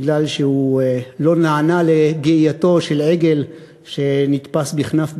מפני שהוא לא נענה לגעייתו של עגל שתפס בכנף בגדו.